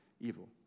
evil